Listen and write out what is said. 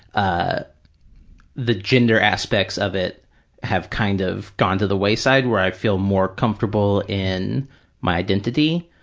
ah the gender aspects of it have kind of gone to the wayside, where i feel more comfortable in my identity,